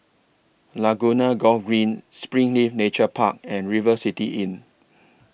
Laguna Golf Green Springleaf Nature Park and River City Inn